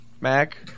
Mac